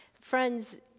Friends